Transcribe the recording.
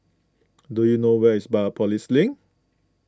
do you know where is Biopolis Link